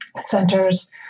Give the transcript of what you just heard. centers